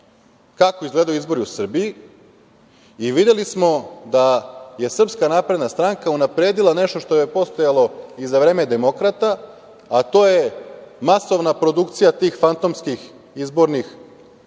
kako izgledaju izbori u Srbiji i videli smo da je SNS unapredila nešto što je postojalo i za vreme demokrata, a to je masovna produkcija tih fantomskih izbornih